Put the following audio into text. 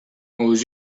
aux